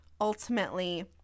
ultimately